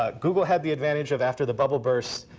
ah google had the advantage of after the bubble burst,